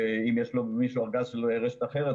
שאם למישהו יש ארגז של רשת אחרת,